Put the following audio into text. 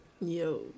Yo